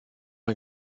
ein